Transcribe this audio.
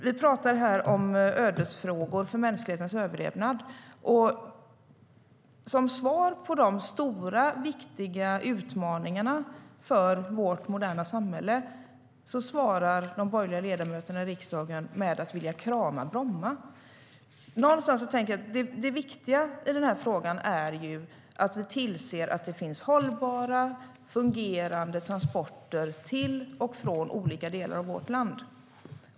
Vi pratar här om ödesfrågor för mänsklighetens överlevnad, och i fråga om dessa stora och viktiga utmaningar för vårt moderna samhälle svarar de borgerliga ledamöterna i riksdagen med att vilja krama Bromma. Någonstans tänker jag att det viktiga i den här frågan är att vi tillser att det finns hållbara, fungerande transporter till och från olika delar av vårt land.